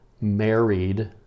married